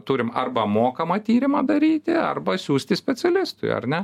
turim arba mokamą tyrimą daryti arba siųsti specialistui ar ne